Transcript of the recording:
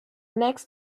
next